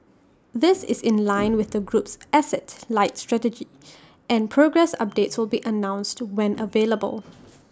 this is in line with the group's asset light strategy and progress updates will be announced when available